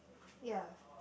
ya